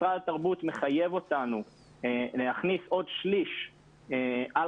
משרד התרבות מחייב אותנו להכניס עוד שליש על